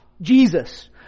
Jesus